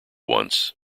once